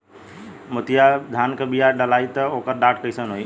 मोतिया धान क बिया डलाईत ओकर डाठ कइसन होइ?